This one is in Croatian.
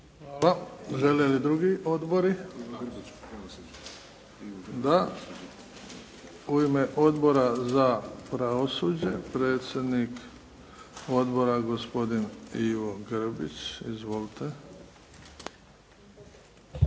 Hvala. Žele li drugi odbori? Da. U ime Odbora za pravosuđe, predsjednik Odbora gospodin Ivo Grbić. Izvolite.